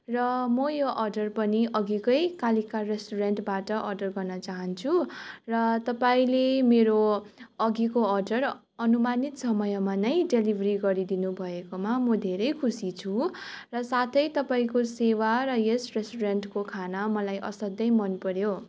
र म यो अर्डर पनि अघिकै कालिका रेस्टुरेन्टबाट अर्डर गर्न चाहन्छु र तपाईँले मेरो अघिको अर्डर अनुमानित समयमा नै डेलिभरी गरिदिनु भएकोमा म धेरै खुसी छु र साथै तपाईँको सेवा र यस रेस्टुरेन्टको खाना मलाई असाध्यै मनपऱ्यो